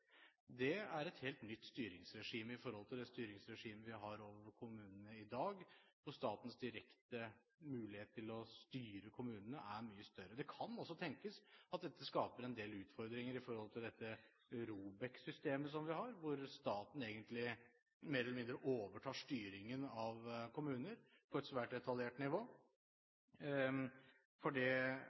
Det er et helt nytt styringsregime i forhold til det styringsregimet vi har overfor kommunene i dag, hvor statens direkte mulighet til å styre kommunene er mye større. Det kan også tenkes at dette skaper en del utfordringer knyttet til dette ROBEK-systemet som vi har, hvor staten mer eller mindre overtar styringen av kommuner på et svært detaljert nivå. Det